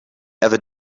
ever